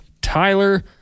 Tyler